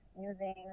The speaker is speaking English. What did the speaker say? using